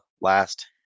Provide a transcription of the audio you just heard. last